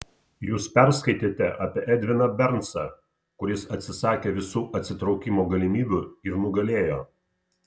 jūs perskaitėte apie edviną bernsą kuris atsisakė visų atsitraukimo galimybių ir nugalėjo